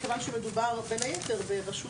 מכיוון שמדובר בין היתר ברשות